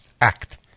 act